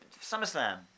SummerSlam